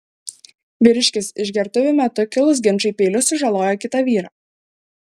vyriškis išgertuvių metu kilus ginčui peiliu sužalojo kitą vyrą